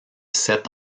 sept